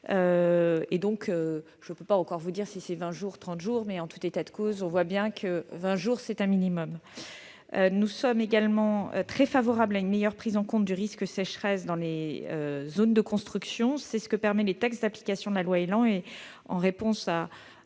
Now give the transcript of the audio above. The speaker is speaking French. Je ne peux pas encore vous dire si c'est vingt jours, trente jours, mais, en tout état de cause, on voit bien que le délai de vingt jours est un minimum. Nous sommes également très favorables à une meilleure prise en compte du risque sécheresse dans les zones de construction. C'est ce que permettent les textes d'application de la loi ÉLAN. Pour répondre à